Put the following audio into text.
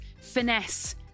finesse